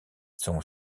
son